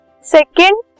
second